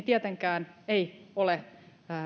tietenkään ei ole